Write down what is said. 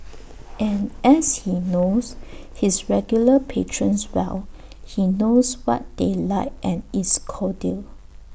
and as he knows his regular patrons well he knows what they like and is cordial